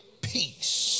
peace